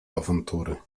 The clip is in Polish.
awantury